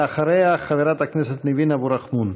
ואחריה, חברת הכנסת ניבין אבו רחמון.